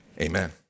amen